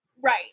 Right